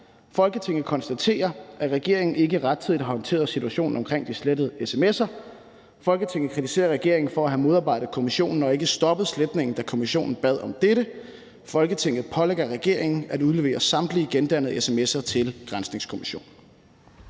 »Folketinget konstaterer, at regeringen ikke rettidigt har håndteret situationen omkring de slettede sms'er. Folketinget kritiserer regeringen for at have modarbejdet kommissionen og ikke stoppet sletningen, da kommissionen bad om dette. Folketinget pålægger regeringen at udlevere samtlige gendannede sms'er til granskningskommissionen.«